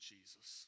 Jesus